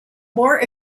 more